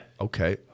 Okay